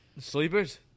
sleepers